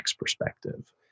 perspective